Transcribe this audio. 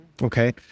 Okay